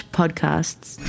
podcasts